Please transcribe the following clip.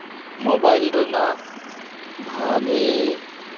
mobile ᱨᱮᱱᱟᱜ ᱵᱷᱟᱜᱮ